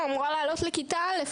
אמורה לכיתה א',